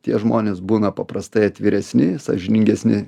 tie žmonės būna paprastai atviresni sąžiningesni